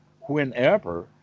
whenever